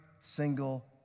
single